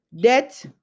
debt